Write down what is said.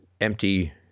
empty